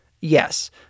Yes